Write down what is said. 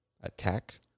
attack